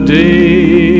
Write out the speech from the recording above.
day